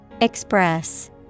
Express